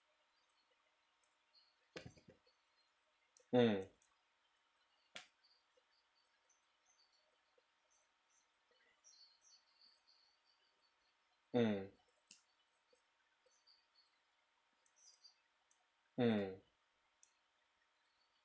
mm mm mm